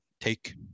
take